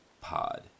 pod